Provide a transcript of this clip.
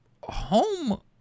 home